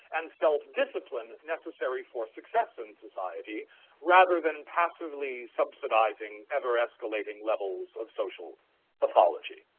and self-discipline necessary for success in society rather than passively subsidizing ever-escalating levels of social apology.